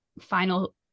final